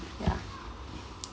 ya